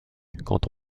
quand